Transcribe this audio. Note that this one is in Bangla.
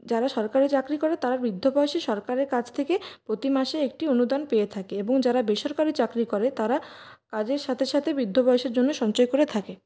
যারা সরকারি চাকরি করে তারা বৃদ্ধ বয়েসে সরকারের কাছ থেকে প্রতি মাসে একটি অনুদান পেয়ে থাকে এবং যারা বেসরকারি চাকরি করে তারা কাজের সাথে সাথেই বৃদ্ধ বয়সের জন্য সঞ্চয় করে থাকে